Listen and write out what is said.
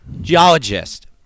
geologist